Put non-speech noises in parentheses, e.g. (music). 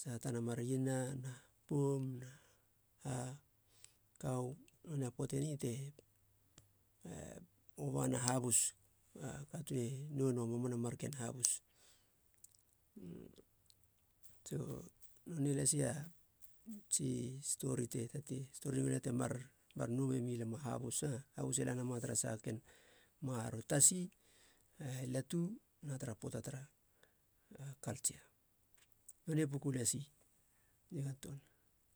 saha tana mar iena na poum na a kau. Nonei a poate ni te oba na habus, a katuun e noenou a mamana marken habus. (hesitation) so nonei lasi a tsi stori te tatei stori uana temar mar nou memi lam a habus aa habus e la nama tara saha marken maroro, tasi, latu na tara poata tara kaltsia, nonei puku lasi, nigan töana